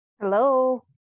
Hello